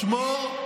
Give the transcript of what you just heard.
לשמור,